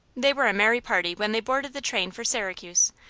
they were a merry party when they boarded the train for syracuse,